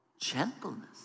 gentleness